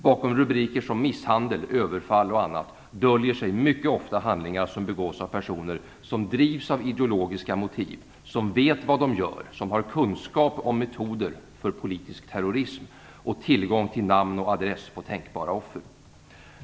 Bakom rubriker som misshandel, överfall och annat döljer sig mycket ofta handlingar som begås av personer som drivs av ideologiska motiv, som vet vad de gör, som har kunskap om metoder för politisk terrorism och tillgång till namn och adress på tänkbara offer.